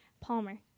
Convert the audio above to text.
Palmer